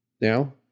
Now